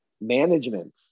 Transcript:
management